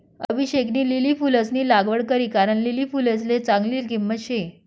अभिषेकनी लिली फुलंसनी लागवड करी कारण लिली फुलसले चांगली किंमत शे